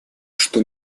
что